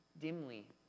dimly